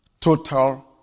total